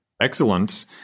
Excellent